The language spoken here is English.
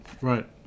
Right